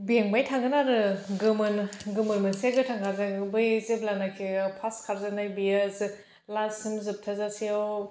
बेंबाय थागोन आरो गोमोन गोमोन मोनसे गोथां गाबजों बै जेब्लानाखि फार्स खारजेननाय बेयो लाससिम जोबथा जासेयाव